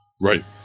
Right